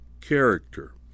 Character